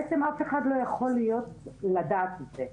בעצם אף אחד לא יכול לדעת את זה.